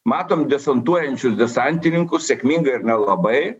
matom desantuojančius desantininkus sėkmingai ir nelabai